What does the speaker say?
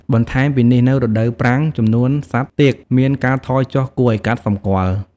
បន្ថែមពីនេះនៅរដូវប្រាំង ចំនួនសត្វទាកមានការថយចុះគួរឲ្យកត់សម្គាល់។